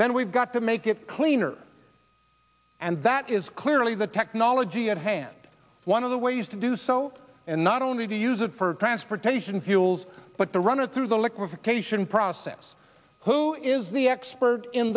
then we've got to make it cleaner and that is clearly the technology at hand one of the ways to do so and not only to use it for transportation fuels but the runner through the liquids occasion process who is the expert in